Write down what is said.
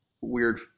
weird